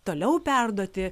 toliau perduoti